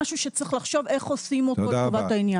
משהו שצריך לחשוב איך עושים אותו לטובת העניין.